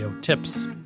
tips